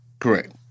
Correct